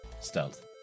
stealth